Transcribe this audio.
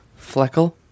Fleckle